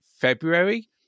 February